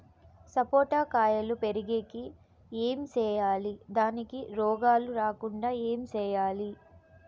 సపోట కాయలు పెరిగేకి ఏమి సేయాలి దానికి రోగాలు రాకుండా ఏమి సేయాలి?